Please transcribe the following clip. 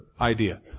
idea